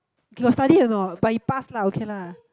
he got study or not but he passed lah okay lah